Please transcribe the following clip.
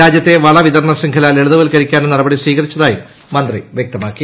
രാജ്യത്തെ വളവിതരണ ശൃംഖല ലളിതവൽക്കരിക്കാനും നടപടി സ്വീകരിച്ചതായും മന്ത്രി വ്യക്തിമാക്കി